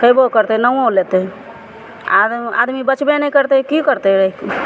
देबो करतय नामो लेतय आद आदमी बचबे नहि करतइ की करतय